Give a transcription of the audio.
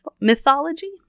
mythology